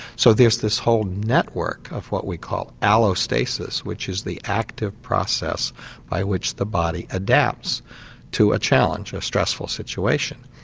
so there's this whole network of what we call allostasis, which is the active process by which the body adapts to a challenge, a stressful situation.